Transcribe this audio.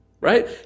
right